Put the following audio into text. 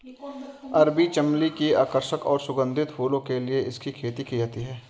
अरबी चमली की आकर्षक और सुगंधित फूलों के लिए इसकी खेती की जाती है